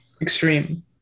extreme